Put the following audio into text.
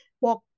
walk